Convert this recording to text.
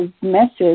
message